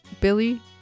Billy